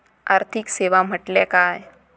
आर्थिक सेवा म्हटल्या काय?